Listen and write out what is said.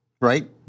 right